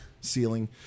ceiling